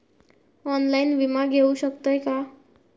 Online विमा घेऊ शकतय का?